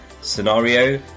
scenario